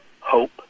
hope